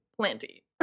plenty